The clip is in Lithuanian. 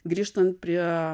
grįžtant prie